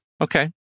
okay